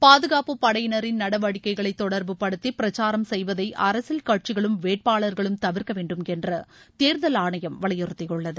பாதுகாப்புப்படையினரின் நடவடிக்கைகளை தொடர்பு படுத்தி பிரச்சாரம் செய்வதை அரசியல் கட்சிகளும் வேட்பாளர்களும் தவிர்க்க வேண்டும் என்று தேர்தல் ஆணையம் வலியறுத்தியுள்ளது